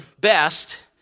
best